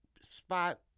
spot